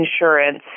insurance